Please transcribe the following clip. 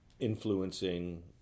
influencing